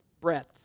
breadth